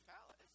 palace